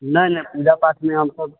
नहि नहि पूजा पाठ